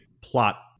plot